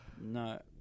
No